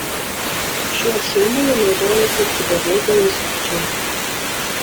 šiuo šurmuliu naudojasi ir kibernetiniai sukčiai